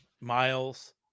Miles